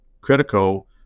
critical